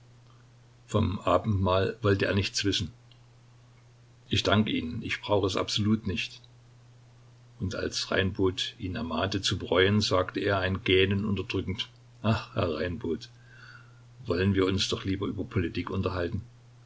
vom abendmahl wollte er nichts wissen ich danke ihnen ich brauche es absolut nicht und als reinbot ihn ermahnte zu bereuen sagte er ein gähnen unterdrückend ach herr reinbot wollen wir uns doch lieber über politik unterhalten